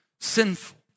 sinful